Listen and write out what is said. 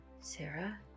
Sarah